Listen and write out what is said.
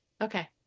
Okay